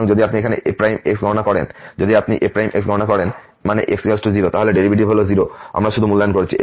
সুতরাং যদি আপনি এখানে f গণনা করেন যদি আপনি f গণনা করেন মানে x 0 তাহলে ডেরিভেটিভ হল 0 আমরা শুধু মূল্যায়ন করেছি